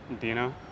Dina